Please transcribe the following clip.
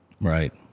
Right